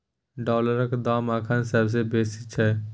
डॉलरक दाम अखन सबसे बेसी छै